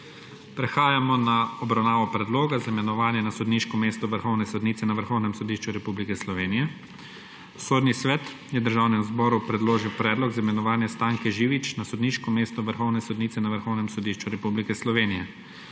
Prehajamo na obravnavo Predloga za imenovanje na sodniško mesto vrhovne sodnice na Vrhovnem sodišču Republike Slovenije. Sodni svet je Državnemu zboru predložil predlog za imenovanje Stanke Živič na sodniško mesto vrhovne sodnice na Vrhovnem sodišču Republike Slovenije.